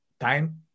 time